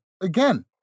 again